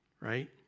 right